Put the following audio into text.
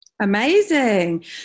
Amazing